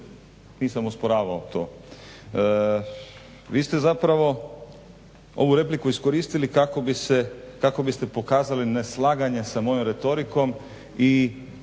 nisam osporavao to. Vi ste zapravo ovu repliku iskoristili kako bi ste pokazali neslaganje sa mojom retorikom i